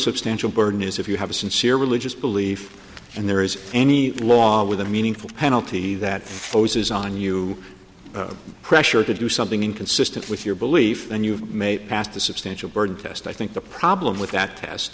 substantial burden is if you have a sincere religious belief and there is any law with a meaningful penalty that focuses on you pressure to do something inconsistent with your belief then you may pass the substantial burden test i think the problem with that